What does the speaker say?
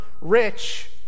rich